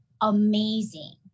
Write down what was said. amazing